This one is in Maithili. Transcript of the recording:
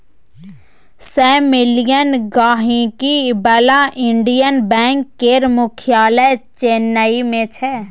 सय मिलियन गांहिकी बला इंडियन बैंक केर मुख्यालय चेन्नई मे छै